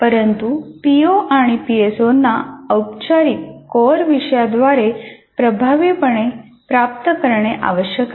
परंतु पीओ आणि पीएसओना औपचारिक कोर विषयाद्वारे प्रभावीपणे प्राप्त करणे आवश्यक आहे